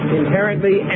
inherently